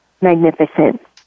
magnificent